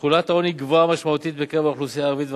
תחולת העוני גבוהה משמעותית בקרב האוכלוסייה הערבית והחרדית,